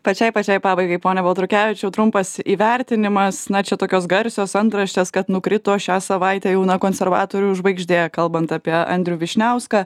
pačiai pačiai pabaigai pone baltrukevičiau trumpas įvertinimas na čia tokios garsios antraštės kad nukrito šią savaitę jauna konservatorių žvaigždė kalbant apie andrių vyšniauską